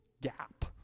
gap